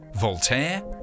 Voltaire